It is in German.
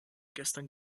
gestern